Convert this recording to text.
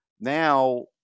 now